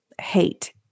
hate